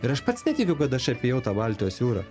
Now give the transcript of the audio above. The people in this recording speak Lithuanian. ir aš pats netikiu kad aš apėjau tą baltijos jūrą